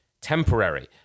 temporary